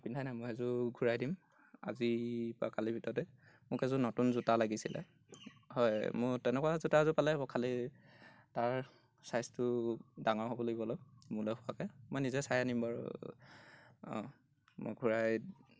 পিন্ধাই নাই মই সেইযোৰ ঘূৰাই দিম আজিৰ পৰা কালিৰ ভিতৰতে মোক এযোৰ নতুন জোতা লাগিছিলে হয় মোৰ তেনেকুৱা জোতা এযোৰ পালে হ'ব খালি তাৰ ছাইজটো ডাঙৰ হ'ব লাগিব অলপ মোলৈ হোৱাকৈ মই নিজে চাই আনিম বাৰু অঁ মই ঘূৰাই